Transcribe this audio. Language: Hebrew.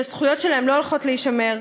שהזכויות שלהם לא הולכות להישמר.